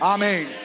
Amen